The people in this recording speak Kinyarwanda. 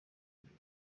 ibyo